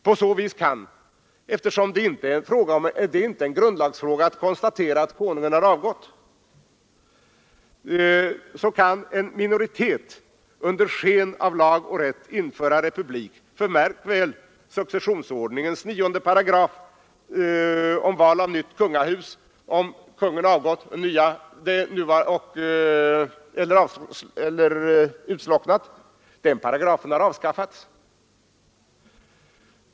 På så vis kan, eftersom det inte är en grundlagsfråga att konstatera att konungen avgått, en minoritet under sken av lag och rätt införa republik, för märk väl: successionsordningens 9 § om val av nytt kungahus, om konungen avgått eller kungaätten utslocknat, har avskaffats.